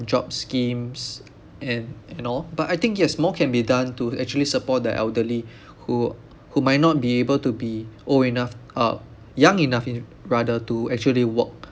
job schemes and and all but I think yes more can be done to actually support the elderly who who might not be able to be old enough uh young enough in rather to actually work